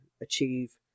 achieve